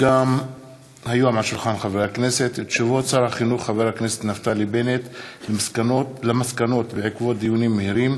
הודעות שר החינוך נפתלי בנט על מסקנות בעקבות דיונים מהירים: